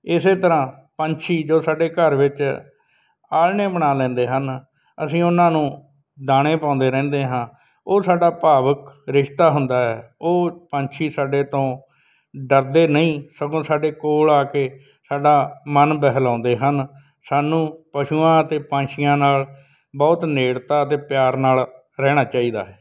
ਇਸੇ ਤਰ੍ਹਾਂ ਪੰਛੀ ਜੋ ਸਾਡੇ ਘਰ ਵਿੱਚ ਆਲ੍ਹਣੇ ਬਣਾ ਲੈਂਦੇ ਹਨ ਅਸੀਂ ਉਹਨਾਂ ਨੂੰ ਦਾਣੇ ਪਾਉਂਦੇ ਰਹਿੰਦੇ ਹਾਂ ਉਹ ਸਾਡਾ ਭਾਵਕ ਰਿਸ਼ਤਾ ਹੁੰਦਾ ਹੈ ਉਹ ਪੰਛੀ ਸਾਡੇ ਤੋਂ ਡਰਦੇ ਨਹੀਂ ਸਗੋਂ ਸਾਡੇ ਕੋਲ ਆ ਕੇ ਸਾਡਾ ਮਨ ਬਹਿਲਾਉਂਦੇ ਹਨ ਸਾਨੂੰ ਪਸ਼ੂਆਂ ਅਤੇ ਪੰਛੀਆਂ ਨਾਲ ਬਹੁਤ ਨੇੜਤਾ ਅਤੇ ਪਿਆਰ ਨਾਲ ਰਹਿਣਾ ਚਾਹੀਦਾ ਹੈ